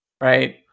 right